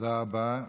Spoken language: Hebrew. תודה רבה.